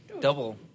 double